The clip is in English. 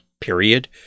period